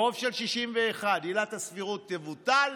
ברוב של 61 עילת הסבירות תבוטל.